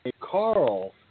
Carl